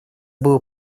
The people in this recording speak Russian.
было